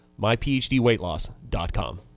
MyPhDWeightLoss.com